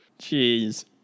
Jeez